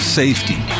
safety